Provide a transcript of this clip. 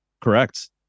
Correct